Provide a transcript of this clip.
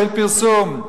של פרסום.